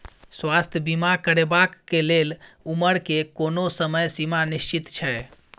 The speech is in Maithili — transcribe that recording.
स्वास्थ्य बीमा करेवाक के लेल उमर के कोनो समय सीमा निश्चित छै?